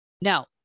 Now